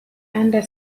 under